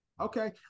Okay